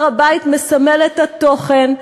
הר-הבית מסמל את התוכן,